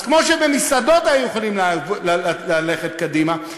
אז כמו שבמסעדות היו יכולים ללכת קדימה,